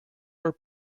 were